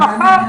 מחר